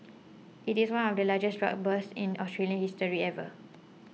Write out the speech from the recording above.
it is one of the largest drug busts in Australian history ever